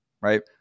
right